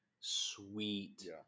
sweet